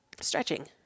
stretching